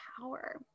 power